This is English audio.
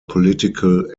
political